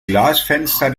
glasfenster